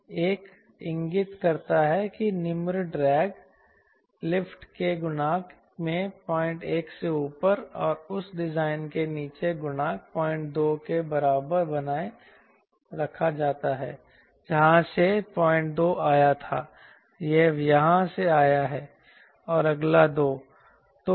1 इंगित करता है कि निम्न ड्रैग लिफ्ट के गुणांक में 01 से ऊपर और उस डिज़ाइन के नीचे गुणांक 02 के बराबर बनाए रखा जाता है जहाँ से यह 02 आया था यह यहाँ से आया है और अगला है 2